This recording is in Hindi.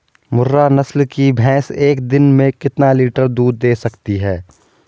मुर्रा नस्ल की भैंस एक दिन में कितना लीटर दूध दें सकती है?